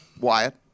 Wyatt